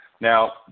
Now